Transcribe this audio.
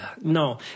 No